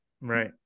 right